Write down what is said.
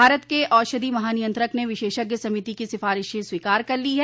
भारत के औषधि महानियंत्रक ने विशेषज्ञ समिति की सिफारिशें स्वीकार कर लो हैं